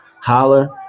holler